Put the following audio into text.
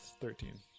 thirteen